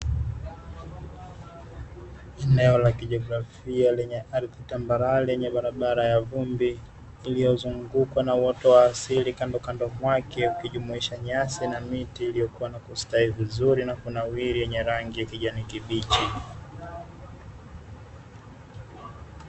Eneo la kijiografia lenye ardhi tambarare yenye barabara ya vumbi, iliyozungukwa na uoto wa asili kandokando mwake, ukijumuisha nyasi na miti iliyokua na kustawi vizuri na kunawiri, yenye rangi ya kijani kibichi.